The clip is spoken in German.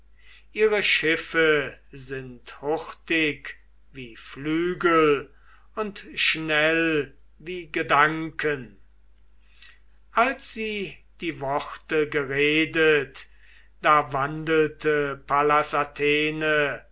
ihre schiffe sind hurtig wie flügel und schnell wie gedanken als sie die worte geredet da wandelte pallas athene